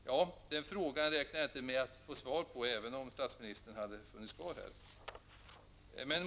Ja, den frågan hade jag inte räknat med att få svar på även om statsministern hade varit kvar i kammaren.